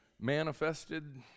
manifested